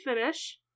finish